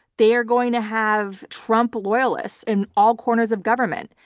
they are going to have trump loyalists in all corners of government,